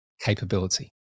capability